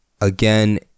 Again